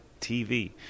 TV